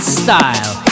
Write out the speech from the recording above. style